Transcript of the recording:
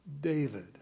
David